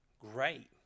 Great